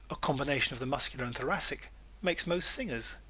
a combination of the muscular and thoracic makes most singers.